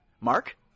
Mark